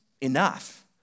enough